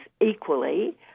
equally